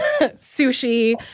Sushi